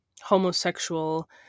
homosexual